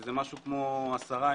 שזה משהו כמו 10 אחוזים,